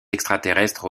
extraterrestres